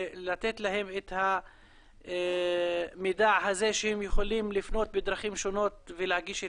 ולתת להם את המידע הזה שהם יכולים לפנות בדרכים שונות ולהגיש תלונה.